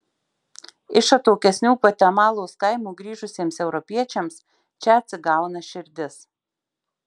iš atokesnių gvatemalos kaimų grįžusiems europiečiams čia atsigauna širdis